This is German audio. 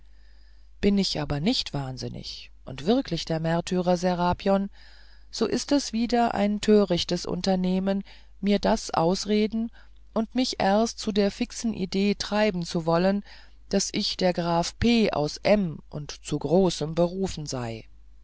bin ich aber nicht wahnsinnig und wirklich der märtyrer serapion so ist es wieder ein törichtes unternehmen mir das ausreden und mich erst zu der fixen idee treiben zu wollen daß ich der graf p aus m und zu großem berufen sei